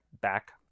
back